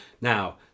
Now